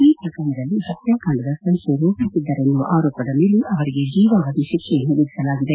ಈ ಪ್ರಕರಣದಲ್ಲಿ ಹತ್ಯಾಕಾಂಡದ ಸಂಚು ರೂಪಿಸಿದ್ದರೆನ್ನುವ ಆರೋಪದ ಮೇಲೆ ಅವರಿಗೆ ಜೀವಾವಧಿ ಶಿಕ್ಷೆಯನ್ನು ವಿಧಿಸಲಾಗಿದೆ